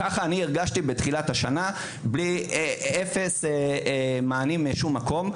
ככה אני הרגשתי בתחילת השנה בלי אפס מענים משום מקום.